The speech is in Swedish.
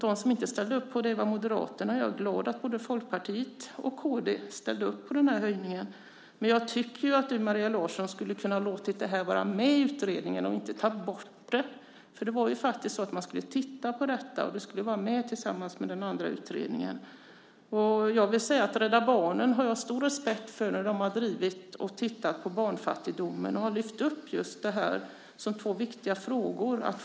De som inte ställde upp på det var Moderaterna. Jag är glad att både Folkpartiet och kd ställde upp på den där höjningen. Men jag tycker att Maria Larsson skulle ha kunnat låta det här vara med i utredningen i stället för att ta bort det. Det var ju faktiskt så att man skulle titta på detta. Det skulle vara med tillsammans med den andra utredningen. Jag har stor respekt för Rädda Barnen. De har drivit detta och tittat på barnfattigdomen, och de har lyft upp just det här som två viktiga frågor.